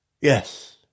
Yes